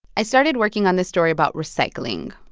i started working on this story about recycling.